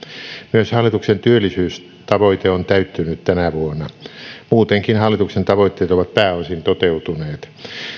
myös hallituksen työllisyystavoite on täyttynyt tänä vuonna muutenkin hallituksen tavoitteet ovat pääosin toteutuneet